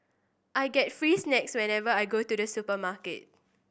I get free snacks whenever I go to the supermarket